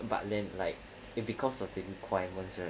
but then like it because of the requirements